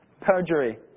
Perjury